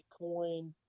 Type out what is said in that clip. Bitcoin